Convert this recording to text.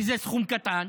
שזה סכום קטן,